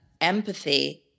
empathy